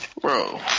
Bro